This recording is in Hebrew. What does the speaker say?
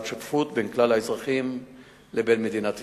שותפות בין כלל האזרחים לבין מדינת ישראל.